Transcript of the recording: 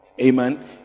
Amen